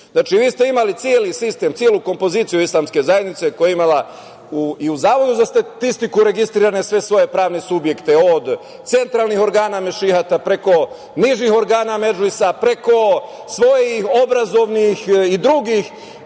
vi ste imali celi sistem, celu kompoziciju Islamske zajednice koja je imala i u Zavodu za statistiku registrovane sve svoje pravne subjekte od centralnih organa Mešihata, preko nižih organa meržujsa, preko svojih obrazovnih i drugih